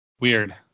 Weird